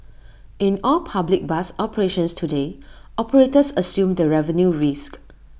in all public bus operations today operators assume the revenue risk